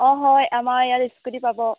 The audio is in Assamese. অঁ হয় আমাৰ ইয়াত ইস্কুটি পাব